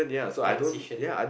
transition